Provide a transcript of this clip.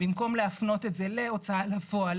במקום להפנות את זה להוצאה לפועל,